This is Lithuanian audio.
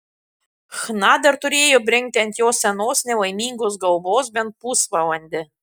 chna dar turėjo brinkti ant jo senos nelaimingos galvos bent pusvalandį